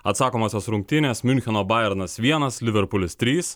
atsakomosios rungtynės miuncheno bajernas vienas liverpulis trys